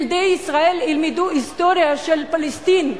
ילדי ישראל ילמדו את ההיסטוריה של פלסטין.